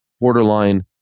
borderline